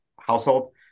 household